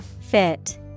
Fit